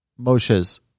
Moshe's